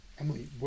Emily